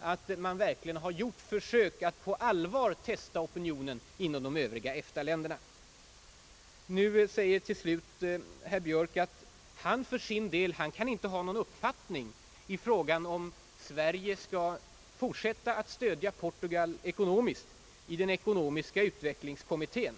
att man har gjort något allvarligt försök att testa opinionen i de övriga EFTA-länderna. Slutligen säger herr Björk att han för sin del inte kan ha någon uppfattning i frågan huruvida Sverige skall fortsätta att ekonomiskt stödja Portugal i den ekonomiska utvecklingskommitten.